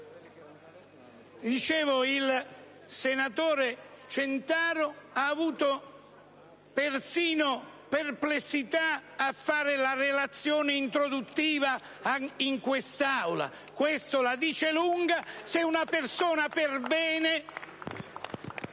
il senatore Centaro ha avuto persino perplessità a svolgere la relazione introduttiva in quest'Aula: questo la dice lunga,